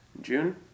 June